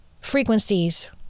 frequencies